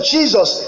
Jesus